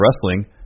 wrestling